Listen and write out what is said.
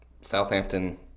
Southampton